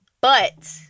But-